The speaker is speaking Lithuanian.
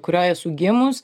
kurioj esu gimus